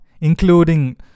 including